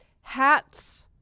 Hats